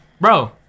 Bro